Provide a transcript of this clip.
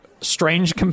Strange